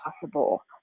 possible